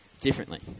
differently